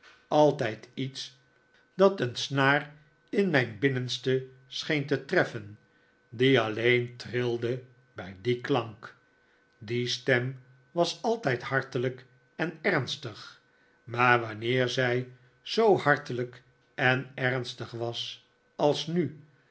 altijd iets dat een snaar in mijn binnenste scheen te treffen die alleen trilde bij dien klank die stem was altijd hartelijk en ernstig maar wanneer zij zoo hartelijk en ernstig was als nu